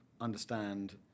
understand